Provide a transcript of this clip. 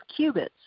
qubits